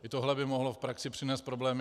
I tohle by mohlo v praxi přinést problémy.